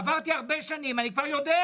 עברתי הרבה שנים, אני כבר יודע